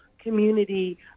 community